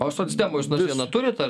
o socdemą jūs nors vieną turit ar